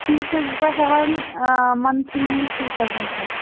fees چھَس بہٕ ہیٚوان مَنتھٕلی ٹوٗ تھَوزنٛٹ حظ